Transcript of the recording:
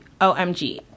omg